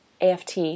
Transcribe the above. AFT